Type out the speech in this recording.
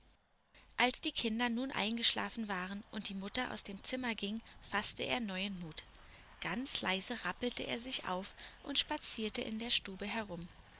als die kinder nun eingeschlafen waren und die mutter aus dem zimmer ging faßte er neuen mut ganz leise rappelte er sich auf und spazierte in der stube herum